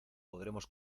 podremos